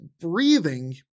breathing